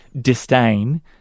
disdain